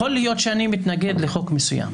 יכול להיות שאני מתנגד לחוק מסוים